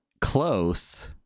close